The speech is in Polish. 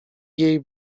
jej